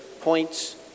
points